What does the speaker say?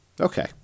Okay